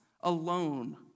alone